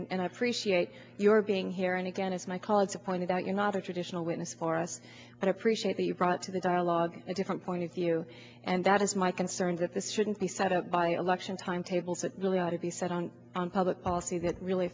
minded and i appreciate your being here and again as my colleagues pointed out you're not a traditional witness for us and appreciate that you brought to the dialogue a different point of view and that is my concerns at this shouldn't be set up by elections timetables that really out of the set on public policy that really